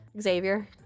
xavier